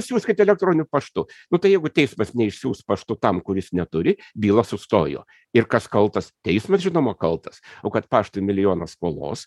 siųskit elektroniniu paštu nu tai jeigu teismas neišsiųs paštu tam kuris neturi byla sustojo ir kas kaltas teismas žinoma kaltas o kad paštui milijonas skolos